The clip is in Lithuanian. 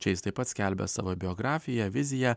čia jis taip pat skelbia savo biografiją viziją